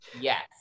Yes